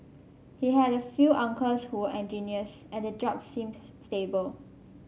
he had a few uncles who engineers and the job seems stable